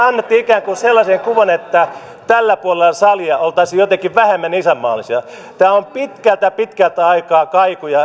annatte ikään kuin sellaisen kuvan että tällä puolella salia oltaisiin jotenkin vähemmän isänmaallisia tämä on pitkältä pitkältä aikaa kaikuja